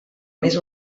més